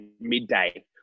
midday